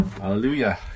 Hallelujah